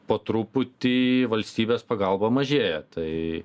po truputį valstybės pagalba mažėja tai